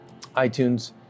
iTunes